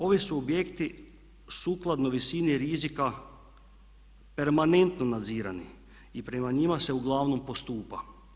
Ovi su objekti sukladno visini rizika permanentno nadzirani i prema njima se uglavnom postupa.